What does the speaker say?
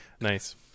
nice